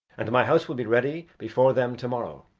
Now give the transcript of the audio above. and my house will be ready before them to-morrow.